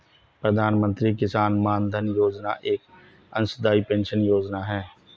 प्रधानमंत्री किसान मानधन योजना एक अंशदाई पेंशन योजना है